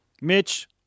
Mitch